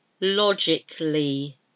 logically